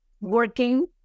working